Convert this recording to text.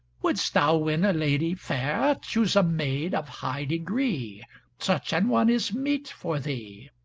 wouldst thou win a lady fair choose a maid of high degree such an one is meet for thee.